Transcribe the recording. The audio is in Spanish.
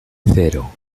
cero